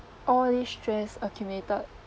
all these stress accumulated